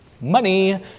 Money